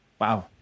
Wow